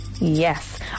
Yes